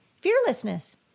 fearlessness